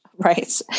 Right